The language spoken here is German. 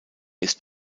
ist